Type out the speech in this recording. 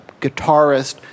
guitarist